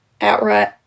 outright